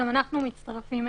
גם אנחנו מצטרפים.